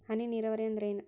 ಹನಿ ನೇರಾವರಿ ಅಂದ್ರ ಏನ್?